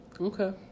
Okay